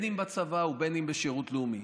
אם בצבא ואם בשירות לאומי.